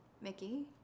Mickey